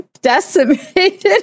decimated